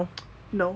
no